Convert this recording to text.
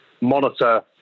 monitor